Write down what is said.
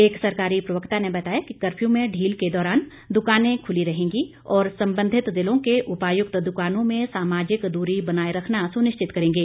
एक सरकारी प्रवक्ता ने बताया कि कर्फ्यू में ढील के दौरान दुकानें खुली रहेंगी और संबंधित जिलों के उपायुक्त दुकानों में सामाजिक दूरी बनाए रखना सुनिश्चित करेगें